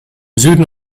süden